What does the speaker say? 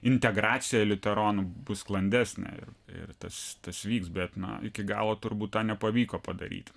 integracija liuteronų bus sklandesnė ir tas tas vyks bet na iki galo turbūt to nepavyko padaryti